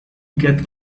get